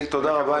תודה רבה.